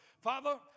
Father